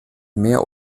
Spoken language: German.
mehr